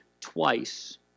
twice